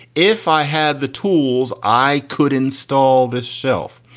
if i had the tools, i could install this shelf.